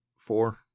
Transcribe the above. Four